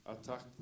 attacked